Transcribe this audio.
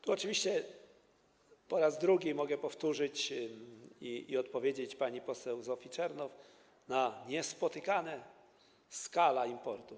Tu oczywiście po raz drugi mogę to powtórzyć i odpowiedzieć pani poseł Zofii Czernow - niespotykana skala importu.